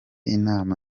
inama